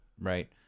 Right